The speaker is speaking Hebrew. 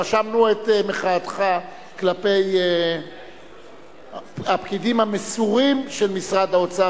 רשמנו את מחאתך כלפי הפקידים המסורים של משרד האוצר,